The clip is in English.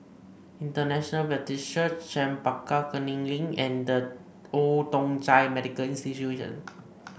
International Baptist Church Chempaka Kuning Link and The Old Thong Chai Medical Institution